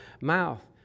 mouth